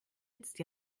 jetzt